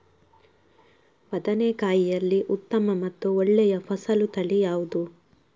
ಬದನೆಕಾಯಿಯಲ್ಲಿ ಉತ್ತಮ ಮತ್ತು ಒಳ್ಳೆಯ ಫಸಲು ತಳಿ ಯಾವ್ದು?